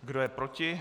Kdo je proti?